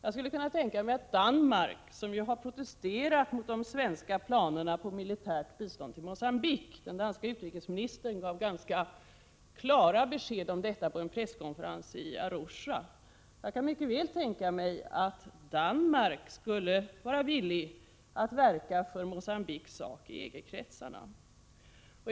Jag skulle kunna tänka mig att Danmark, som ju protesterat mot de svenska planerna på militärt bistånd i Mogambique, vilket den danska utrikesministern gav ganska klart besked om på en presskonferens i Arusha, skulle vara villigt att verka för Mogambiques sak i EG-kretsarna.